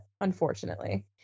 unfortunately